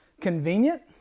convenient